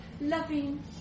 loving